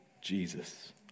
Jesus